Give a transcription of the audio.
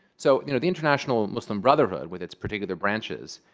so you know the international muslim brotherhood, with its particular branches,